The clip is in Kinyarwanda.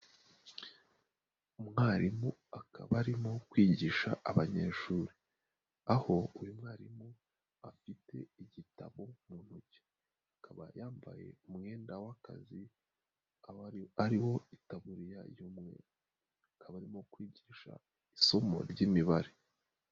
Umwarimu akaba arimo kwigisha abanyeshuri, aho uyu mwarimu afite igitabo mu ntoki, akaba yambaye umwenda w'akazi ari wo itamuriya y'mweru, akaba arimo kwigisha isomo ry'imibare.